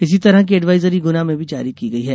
इसी तरह की एडवाइजरी गुना में भी जारी की गई है